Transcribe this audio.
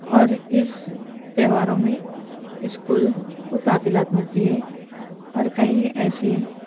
اور اس تہواروں میں اسکول کو تعطیلات ملتی ہے اور کئی ایسے